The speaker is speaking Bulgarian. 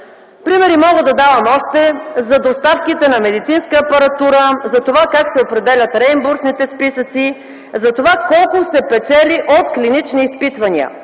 Примери мога да давам още за доставките на медицинска апаратура, за това как се определят реимбурсните списъци, за това колко се печели от клинични изпитвания.